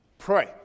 pray